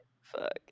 Fuck